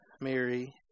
Mary